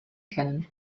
kennen